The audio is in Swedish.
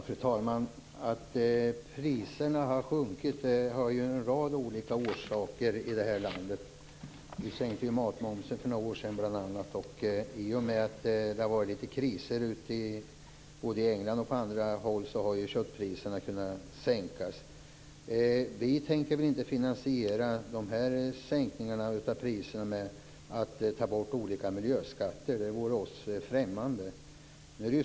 Fru talman! Att priserna har sjunkit har en rad olika orsaker i vårt land. Vi sänkte bl.a. matmomsen för några år sedan. I och med att det har varit kriser både i England och på andra håll har köttpriserna kunnat sänkas. Vi tänker inte finansiera de här sänkningarna av priserna genom att ta bort olika miljöskatter, det vore oss främmande.